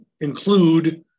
include